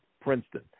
Princeton